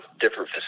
different